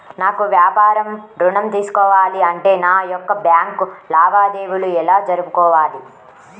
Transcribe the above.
నాకు వ్యాపారం ఋణం తీసుకోవాలి అంటే నా యొక్క బ్యాంకు లావాదేవీలు ఎలా జరుపుకోవాలి?